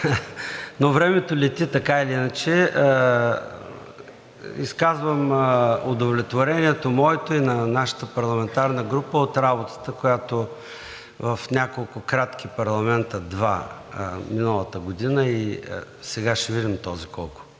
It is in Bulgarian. Но времето лети така или иначе. Изказвам удовлетворението – моето и на нашата парламентарна група – от работата в няколко кратки парламента, два миналата година, сега ще видим този колко